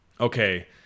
okay